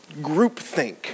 groupthink